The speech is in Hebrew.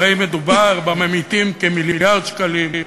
הרי מדובר בממעיטים בכמיליארד שקלים.